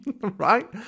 right